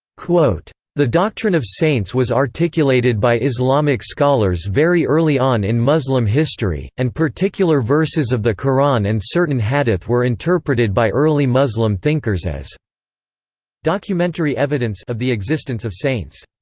the doctrine of saints was articulated by islamic scholars very early on in muslim history, and particular verses of the quran and certain hadith were interpreted by early muslim thinkers as documentary evidence of the existence of saints.